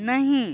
नहीं